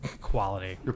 Quality